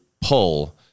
pull